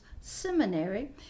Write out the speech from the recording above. seminary